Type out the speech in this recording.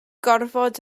gorfod